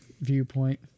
viewpoint